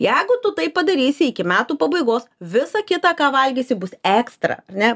jeigu tu tai padarysi iki metų pabaigos visa kita ką valgysi bus ekstra ar ne